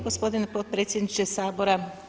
Gospodine potpredsjedniče Sabora!